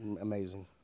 amazing